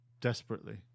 desperately